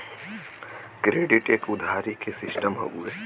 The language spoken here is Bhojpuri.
क्रेडिट एक उधारी के सिस्टम हउवे